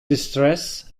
distress